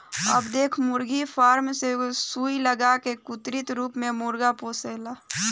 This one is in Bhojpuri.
अब देख मुर्गी फार्म मे सुई लगा के कृत्रिम रूप से मुर्गा पोसाला